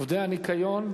עובדי הניקיון,